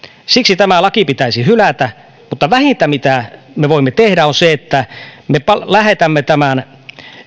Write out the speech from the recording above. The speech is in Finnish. siksi tämä laki pitäisi hylätä mutta vähintä mitä me voimme tehdä on se että me lähetämme tämän